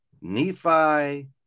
Nephi